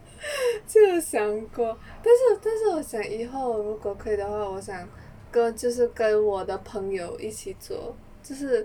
真的想过但是但是我想以后如果可以的话我想跟就是跟我的朋友一起做就是